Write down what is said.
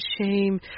shame